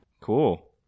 cool